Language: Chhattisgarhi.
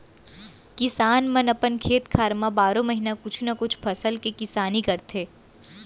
किसान मन अपन खेत खार म बारो महिना कुछु न कुछु फसल के किसानी करथे